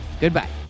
goodbye